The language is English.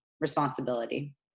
responsibility